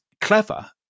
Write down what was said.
clever